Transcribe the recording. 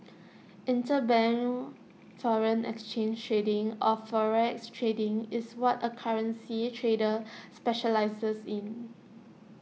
interbank foreign exchange trading or forex trading is what A currency trader specialises in